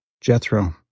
Jethro